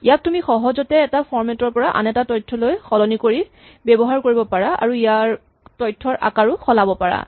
ইয়াক তুমি সহজতে এটা ফৰমেট ৰ পৰা আন এটালৈ তথ্য সলনি কৰিবলৈ ব্যৱহাৰ কৰিব পাৰা আৰু ইয়াত তথ্যৰ আকাৰো সলাব পাৰা